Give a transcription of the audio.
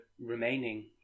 remaining